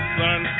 son